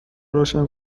روشن